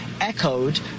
echoed